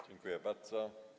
Dziękuję bardzo.